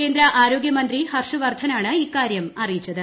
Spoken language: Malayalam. കേന്ദ്ര ആരോഗ്യമന്ത്രി ഹർഷ് വർദ്ധനാണ് ഇക്കാര്യം അറിയിച്ചത്